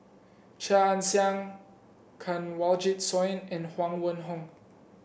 Chia Ann Siang Kanwaljit Soin and Huang Wenhong